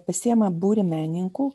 pasiima būrį menininkų